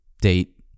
date